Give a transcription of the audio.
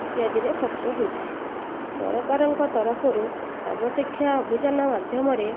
ଇତ୍ୟାଦିରେ ଖର୍ଚ୍ଚ ହୋଇଥାଏ ସରକାରଙ୍କ ତରଫରୁ ସର୍ବ ଶିକ୍ଷା ଅଭିଯାନ ମାଧ୍ୟମରେ